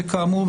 וכאמור,